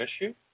issue